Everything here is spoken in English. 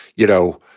you know,